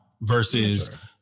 versus